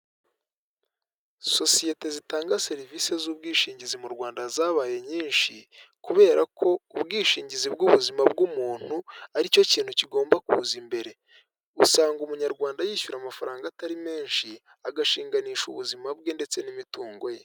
Sosiyete zitanga serivisi z'ubwishingizi mu rwanda zabaye nyinshi kubera ko ubwishingizi bw'ubuzima bw'umuntu ari cyo kintu kigomba kuza imbere, usanga umunyarwanda yishyura amafaranga atari menshi agashinganisha ubuzima bwe ndetse n'imitungo ye.